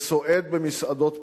וסועד במסעדות פאר,